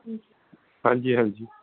ਹਾਂਜੀ ਹਾਂਜੀ